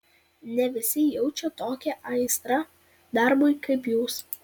ne visi jaučia tokią aistrą darbui kaip jūs